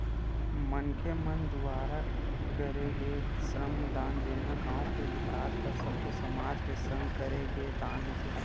मनखे मन दुवारा करे गे श्रम दान जेनहा गाँव के बिकास बर सब्बो समाज के संग करे गे दान होथे